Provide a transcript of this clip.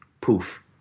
Poof